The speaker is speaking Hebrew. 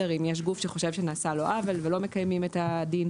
אם יש גוף שחושב שנעשה לו עוול ולא מקיימים את הדין,